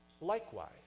likewise